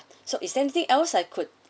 so is there anything else I could